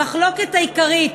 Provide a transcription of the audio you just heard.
המחלוקת העיקרית